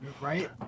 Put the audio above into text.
right